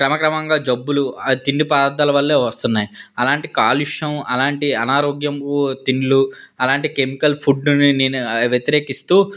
క్రమక్రమంగా జబ్బులు ఆ తిండి పదార్థాల వల్ల వస్తున్నాయి అలాంటి కాలుష్యం అలాంటి అనారోగ్యం తిండిలు అలాంటి కెమికల్ ఫుడ్ని నేను వ్యతిరేకిస్తు